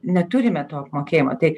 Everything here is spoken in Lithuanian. neturime to apmokėjimo tai